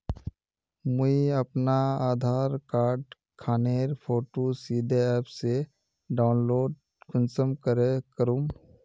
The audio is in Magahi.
मुई अपना आधार कार्ड खानेर फोटो सीधे ऐप से डाउनलोड कुंसम करे करूम?